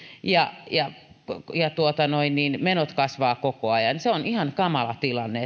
ja ja menot kasvavat koko ajan se on ihan kamala tilanne